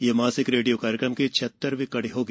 यह मासिक रेडियो कार्यक्रम की छिहत्तरवीं कडी होगी